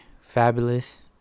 Fabulous